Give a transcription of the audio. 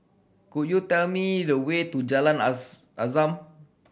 could you tell me the way to Jalan Azam